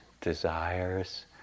desires